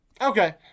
Okay